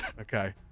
Okay